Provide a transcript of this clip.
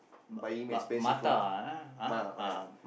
buy him expensive only uh yeah